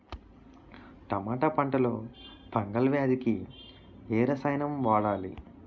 టమాటా పంట లో ఫంగల్ వ్యాధికి ఏ రసాయనం వాడాలి?